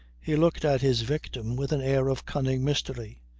he looked at his victim with an air of cunning mystery.